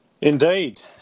Indeed